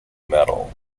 medal